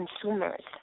consumers